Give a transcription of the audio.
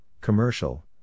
commercial